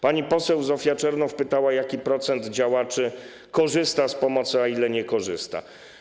Pani poseł Zofia Czernow pytała, jaki procent działaczy korzysta z pomocy, a jaki nie korzysta.